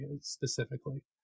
specifically